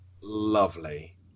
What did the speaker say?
lovely